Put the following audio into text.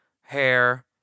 Hair